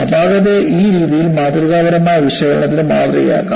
അപാകതയെ ഈ രീതിയിൽ മാതൃകാപരമായ വിശകലനത്തിന് മാതൃകയാക്കാം